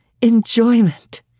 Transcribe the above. enjoyment